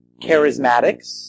charismatics